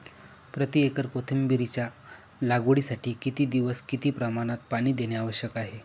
प्रति एकर कोथिंबिरीच्या लागवडीसाठी किती दिवस किती प्रमाणात पाणी देणे आवश्यक आहे?